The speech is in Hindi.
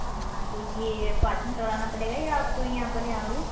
हाँ तो यह पार्सल करवाना पड़ेगा या आप कोई यहाँ पर आओगे